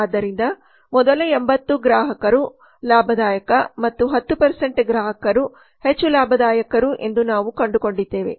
ಆದ್ದರಿಂದ ಮೊದಲ 80 ಗ್ರಾಹಕರು ಲಾಭದಾಯಕ ಮತ್ತು ಮೊದಲ 10 ಗ್ರಾಹಕರು ಹೆಚ್ಚು ಲಾಭದಾಯಕರು ಎಂದು ನಾವು ಕಂಡುಕೊಂಡಿದ್ದೇವೆ